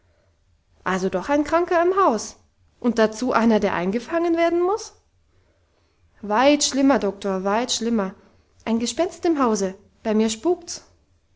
also doch ein kranker im haus und dazu einer der eingefangen werden muss weit schlimmer doktor weit schlimmer ein gespenst im hause bei mir spukt's